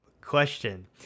Question